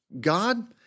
God